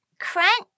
Crunch